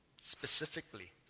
specifically